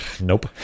nope